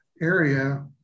area